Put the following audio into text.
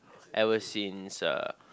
ever since ah